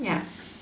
ya